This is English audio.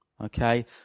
Okay